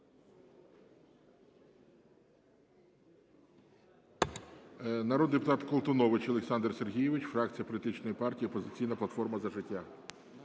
Народний депутат Колтунович Олександр Сергійович, фракція політичної партії "Опозиційна платформа – За життя".